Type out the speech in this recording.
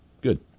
Good